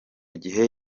gihe